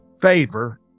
favor